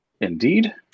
indeed